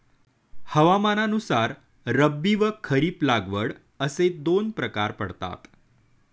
हवामानानुसार रब्बी व खरीप लागवड असे दोन प्रकार पडतात